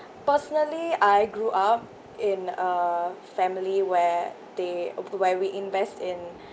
personally I grew up in a family where they uh where we invest in